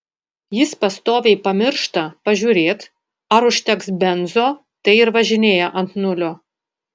jis pastoviai pamiršta pažiūrėt ar užteks benzo tai ir važinėja ant nulio